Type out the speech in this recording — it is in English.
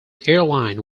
airline